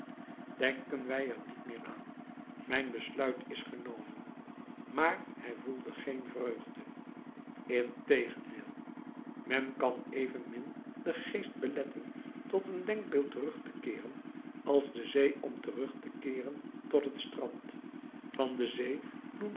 denken wij er niet meer aan mijn besluit is genomen maar hij voelde geen vreugde integendeel men kan evenmin den geest beletten tot een denkbeeld terug te keeren als de zee om terug te keeren tot het strand van de zee